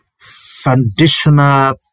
foundational